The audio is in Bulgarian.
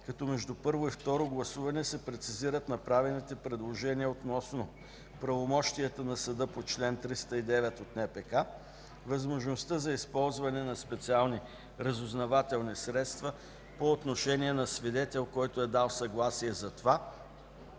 като между първо и второ гласуване се прецизират направените предложения относно: правомощията на съда по чл. 309 от НПК, възможността за използване на специални разузнавателни средства по отношение на свидетел, който е дал съгласие за това,